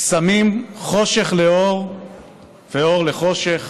שמים חֹשך לאור ואור לחֹשך